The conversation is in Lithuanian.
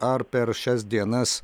ar per šias dienas